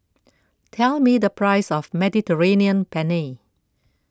tell me the price of Mediterranean Penne